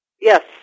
Yes